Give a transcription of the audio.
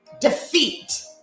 defeat